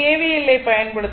L ஐப் பயன்படுத்துவோம்